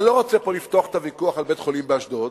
אני לא רוצה לפתוח פה את הוויכוח על בית-החולים באשדוד,